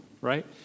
right